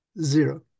zero